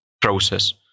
process